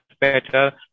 better